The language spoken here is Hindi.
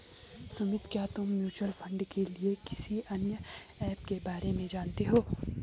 सुमित, क्या तुम म्यूचुअल फंड के लिए किसी अन्य ऐप के बारे में जानते हो?